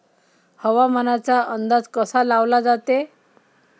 हवामानाचा अंदाज कसा लावला जाते?